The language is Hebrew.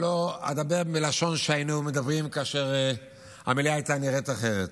לא אדבר בלשון שהיינו מדברים כאשר המליאה הייתה נראית אחרת.